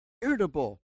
irritable